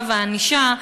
האכיפה והענישה,